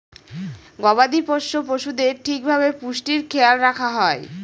গবাদি পোষ্য পশুদের ঠিক ভাবে পুষ্টির খেয়াল রাখা হয়